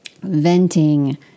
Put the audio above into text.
venting